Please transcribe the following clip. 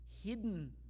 hidden